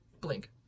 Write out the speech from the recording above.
Blink